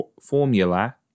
Formula